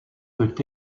peut